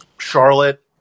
Charlotte